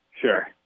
Sure